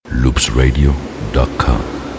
loopsradio.com